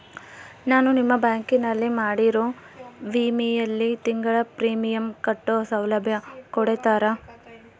ನಾನು ನಿಮ್ಮ ಬ್ಯಾಂಕಿನಲ್ಲಿ ಮಾಡಿರೋ ವಿಮೆಯಲ್ಲಿ ತಿಂಗಳ ಪ್ರೇಮಿಯಂ ಕಟ್ಟೋ ಸೌಲಭ್ಯ ಕೊಡ್ತೇರಾ?